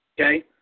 okay